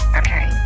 okay